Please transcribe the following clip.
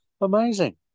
Amazing